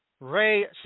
Ray